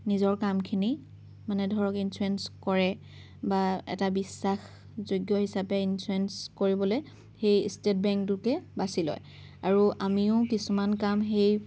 নিজৰ কামখিনি মানে ধৰক ইঞ্চুৰেঞ্চ কৰে বা এটা বিশ্বাসযোগ্য হিচাপে ইঞ্চুৰেঞ্চ কৰিবলৈ এই ষ্টেট বেংকটোকে বাছি লয় আৰু আমিও কিছুমান কাম সেই